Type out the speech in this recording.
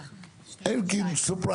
אלקין, הפתעה.